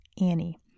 Annie